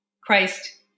Christ